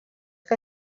que